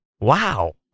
wow